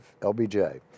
LBJ